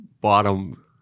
bottom